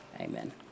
Amen